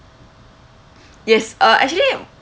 yes uh actually